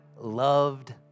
loved